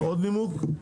עוד נימוק?